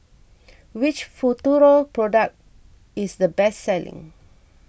which Futuro product is the best selling